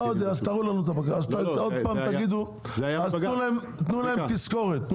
אז תנו להם תזכורת.